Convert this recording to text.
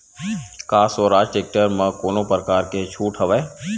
का स्वराज टेक्टर म कोनो प्रकार के छूट हवय?